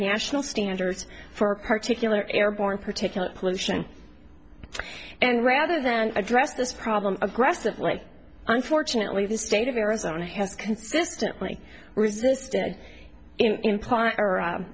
national standards for particularly airborne particulate pollution and rather than address this problem aggressively unfortunately the state of arizona has consistently resisted